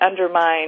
undermine